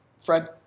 Fred